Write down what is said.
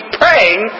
praying